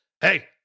hey